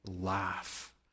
laugh